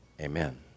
amen